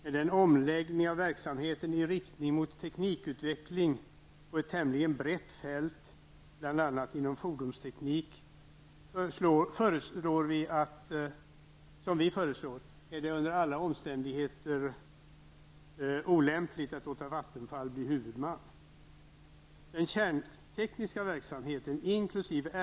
Med den omläggning av verksamheten i riktning mot teknikutveckling på ett tämligen brett fält -- bl.a. inom fordonstekniken -- som vi föreslår, är det under alla omständigheter olämpligt att låta Vattenfall bli huvudman.